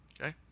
Okay